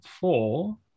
four